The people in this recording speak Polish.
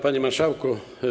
Panie Marszałku!